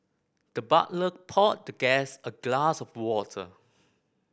the butler poured the guest a glass of water